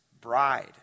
bride